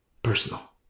Personal